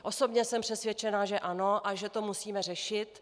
Osobně jsem přesvědčena, že ano a že to musíme řešit.